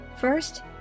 First